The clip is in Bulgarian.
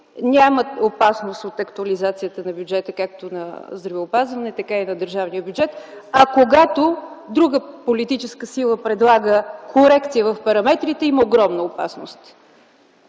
няма опасност от актуализацията на бюджета както на здравеопазването, така и на държавния бюджет, а когато друга политическа сила предлага корекция в параметрите, има огромна опасност?